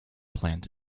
plant